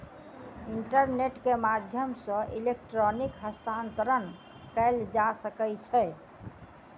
internet के माध्यम सॅ इलेक्ट्रॉनिक हस्तांतरण कयल जा सकै छै